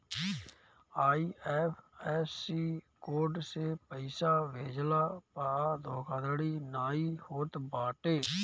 IFSC code से पइसा भेजला पअ धोखाधड़ी नाइ होत बाटे